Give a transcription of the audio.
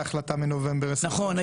מההחלטה מנובמבר 2022. נכון,